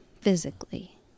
physically